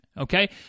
okay